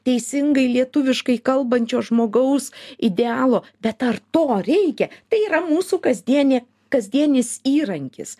teisingai lietuviškai kalbančio žmogaus idealo bet ar to reikia tai yra mūsų kasdienė kasdienis įrankis